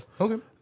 Okay